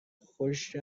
خشک